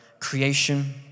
creation